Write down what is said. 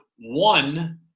one